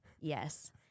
yes